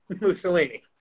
Mussolini